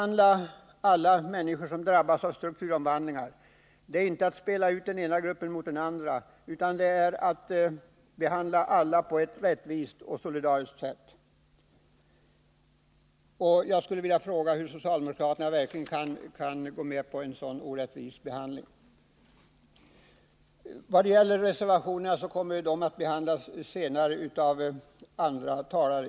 När människor drabbas av strukturomvandlingar skall man inte spela ut den ena gruppen mot den andra, utan alla måste behandlas på ett rättvist och solidariskt sätt. Jag skulle vilja fråga hur socialdemokraterna kan gå med på en så orättvis behandling som reservation 8 innebär. Reservationerna kommer att behandlas av andra talare.